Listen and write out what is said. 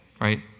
right